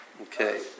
okay